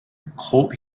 cult